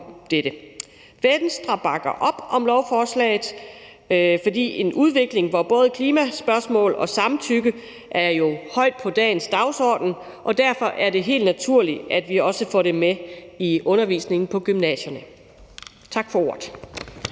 Venstre bakker op om lovforslaget, fordi både klimaspørgsmål og samtykke jo står højt på dagens dagsorden, og derfor er det helt naturligt, at vi også får det med i undervisningen på gymnasierne. Tak for ordet.